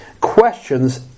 questions